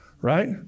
right